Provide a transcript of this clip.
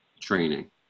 training